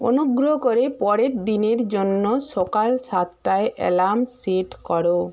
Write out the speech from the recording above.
অনুগ্রহ করে পরের দিনের জন্য সকাল সাতটায় অ্যালার্ম সেট করো